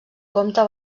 comte